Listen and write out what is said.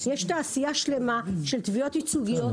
יש תעשייה שלמה של תביעות ייצוגיות,